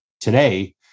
today